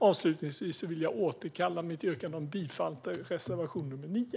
Avslutningsvis vill jag återkalla mitt yrkande om bifall till reservation 9.